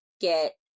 get